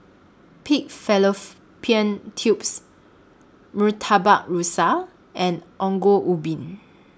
Pig Tubes Murtabak Rusa and Ongol Ubi